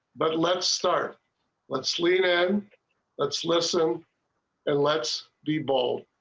but let's start let's leave. ed let's let's and and let's the ball.